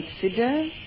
consider